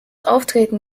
auftreten